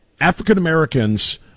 African-Americans